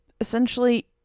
essentially